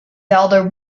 elder